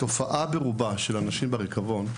התופעה ברובה, של אנשים שנמצאים במצב של ריקבון,